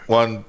one